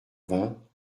vingts